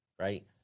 right